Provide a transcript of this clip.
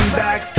back